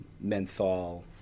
menthol